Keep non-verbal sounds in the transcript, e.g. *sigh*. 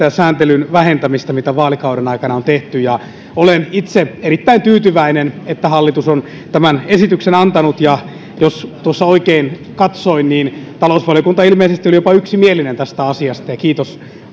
*unintelligible* ja sääntelyn vähentämistä mitä vaalikauden aikana on tehty ja olen itse erittäin tyytyväinen että hallitus on tämän esityksen antanut jos tuossa oikein katsoin niin talousvaliokunta ilmeisesti oli jopa yksimielinen tästä asiasta ja kiitos